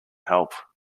help